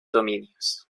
dominios